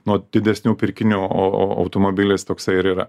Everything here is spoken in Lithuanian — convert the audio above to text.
nuo didesnių pirkinių o o o automobilis toksai ir yra